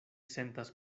sentas